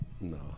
No